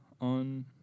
On